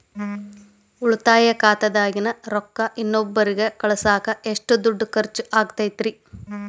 ಉಳಿತಾಯ ಖಾತೆದಾಗಿನ ರೊಕ್ಕ ಇನ್ನೊಬ್ಬರಿಗ ಕಳಸಾಕ್ ಎಷ್ಟ ದುಡ್ಡು ಖರ್ಚ ಆಗ್ತೈತ್ರಿ?